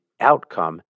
outcome